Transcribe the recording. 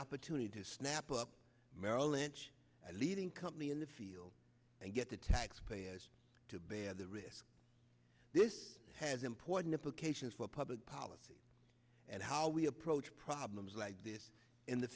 opportunity to snap up maryland each leading company in the field and get the taxpayers to bear the risk this has important implications for public policy and how we approach problems like this in the